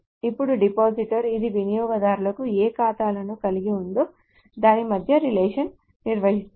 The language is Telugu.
ఇప్పుడు డిపాజిటర్ ఇది వినియోగదారులకు ఏ ఖాతాలను కలిగి ఉందో దాని మధ్య రిలేషన్ నిర్వచిస్తుంది